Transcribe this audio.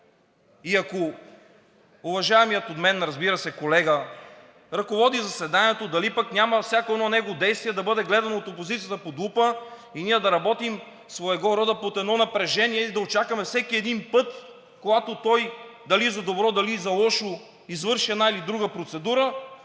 Ако уважаваният от мен, разбира се, колега ръководи заседанието, дали пък всяко едно негово действие ще бъде гледано от опозицията под лупа и ние ще работим своего рода под едно напрежение и да очакваме всеки един път, когато той – дали за добро, дали за лошо, извърши една или друга процедура,